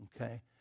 okay